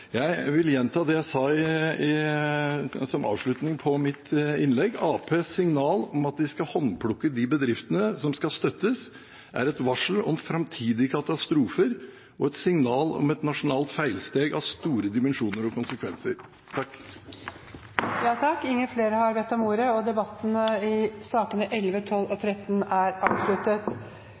Jeg vil gjenta det jeg sa som avslutning i mitt innlegg: Arbeiderpartiets signal om at de skal håndplukke de bedriftene som skal støttes, er et varsel om framtidige katastrofer og et signal om et nasjonalt feilsteg av store dimensjoner og konsekvenser. Flere har ikke bedt om ordet til sakene nr. 11–13. Ingen har bedt om ordet. Sakene nr. 15–22 er